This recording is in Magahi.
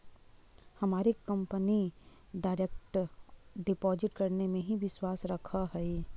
हमारी कंपनी डायरेक्ट डिपॉजिट करने में ही विश्वास रखअ हई